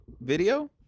video